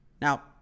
Now